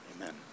Amen